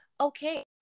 okay